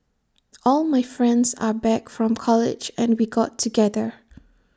all my friends are back from college and we got together